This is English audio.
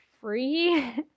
free